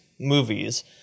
movies